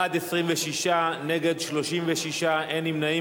בעד, 26, נגד, 36, אין נמנעים.